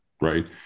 Right